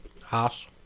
Haas